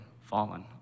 fallen